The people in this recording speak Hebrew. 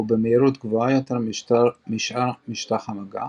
ובמהירות גבוהה יותר משאר משטח המגע,